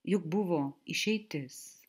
juk buvo išeitis